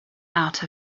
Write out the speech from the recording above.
out